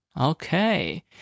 Okay